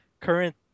current